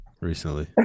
recently